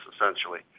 essentially